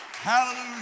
Hallelujah